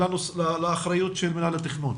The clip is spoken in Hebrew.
לאחריות של מינהל התכנון.